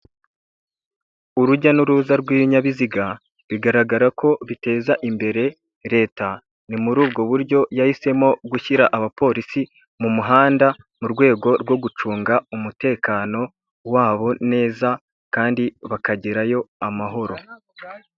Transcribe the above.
Urujya n'uruza rw'ibinyabiziga, bigaragara ko biteza imbere leta, ni muri ubwo buryo yahisemo gushyira abapolisi mu muhanda, mu rwego rwo gucunga umutekano wabo neza kandi bakagerayo amahoro.